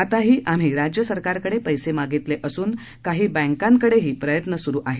आताही आम्ही राज्य सरकारकडे पैसे मागितले असून काही बँकांकडेही प्रयत्न सुरू आहेत